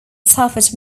suffered